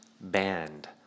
band